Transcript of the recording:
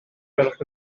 gwelwch